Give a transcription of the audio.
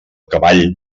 cavall